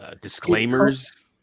Disclaimers